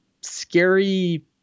scary